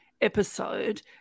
episode